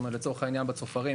לצורך העניין בצופרים